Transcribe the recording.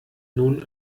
nun